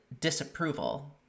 disapproval